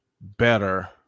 better